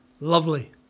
Lovely